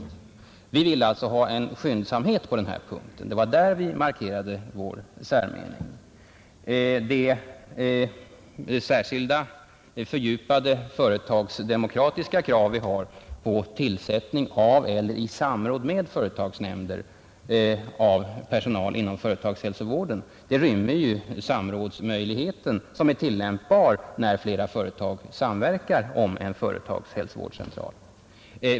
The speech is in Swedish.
Vi vill alltså ha en skyndsamhet på denna punkt, och det var där vi markerade vår särmening. Det särskilda fördjupade företagsdemokratiska krav vi har på tillsättning i sararåd med företagsnämnder av personal inom företagshälsovården inrymmer ju samrådsmöjligheten, som är tillämpbar när flera företag samverkar om en företagshälsovårdscentral.